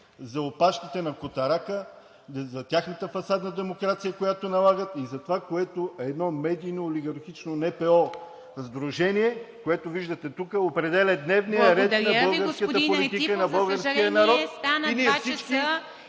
за опашките на котарака, за тяхната фасадна демокрация, която налагат, и за това, което е едно медийно-олигархично НПО сдружение, което виждате тук, определя дневния ред на българската политика, на българския народ...